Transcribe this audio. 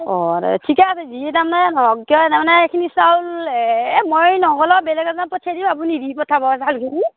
অঁ ঠিকে আছে যি দামে নহওঁক কিয় তাৰমানে এইখিনি চাউল এহ মই নগ'লেওঁ বেলেগ এজনক পঠিয়াই দিম আপুনি দি পঠাব চাউলখিনি